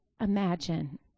imagine